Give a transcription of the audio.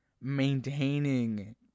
maintaining